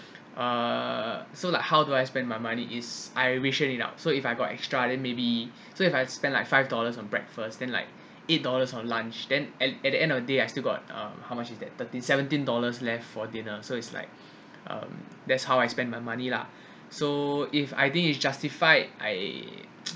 uh so like how do I spend my money is I ration it out so if I got extra then maybe so if I spend like five dollars on breakfast then like eight dollars on lunch then at the end of the day I still got um how much is that thirteen seventeen dollars left for dinner so it's like um that's how I spend my money lah so if I think you justify I